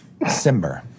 Simber